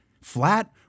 flat